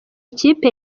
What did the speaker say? ikipe